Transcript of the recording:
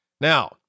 Now